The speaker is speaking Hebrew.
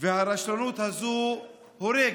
והרשלנות הזאת הורגת.